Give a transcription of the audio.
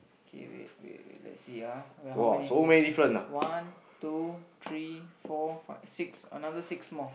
okay wait wait wait let's see ah wait how many one two three four five six another six more